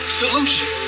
solution